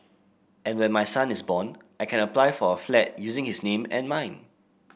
and when my son is born I can apply for a flat using his name and mine